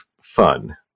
fun